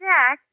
Jack